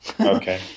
Okay